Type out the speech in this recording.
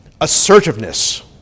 assertiveness